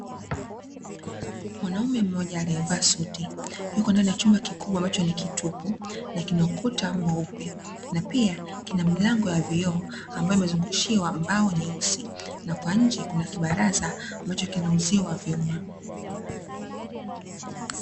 Mwanaume mmoja aliyevaa suti yuko ndani ya chumba kikubwa ambacho ni kitupu, na kina ukuta mweupe na pia kina mlango wa vioo ambayo imezungushiwa mbao nyeusi na kwa nje kuna kibaraza ambacho kina uzio wa vyuma.